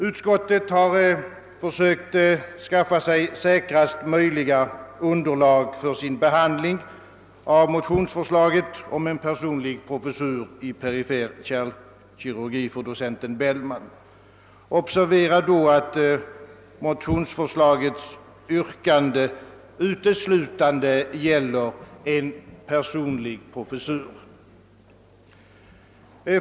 Utskottet har försökt skaffa sig säkraste möjliga underlag för sin behandling av motionsförslaget om en personlig professur i perifer kärlkirurgi för docent Bellman — observera att motionsförslaget uteslutande gäller en personlig professur.